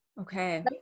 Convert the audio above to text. Okay